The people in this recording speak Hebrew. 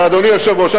אדוני היושב-ראש,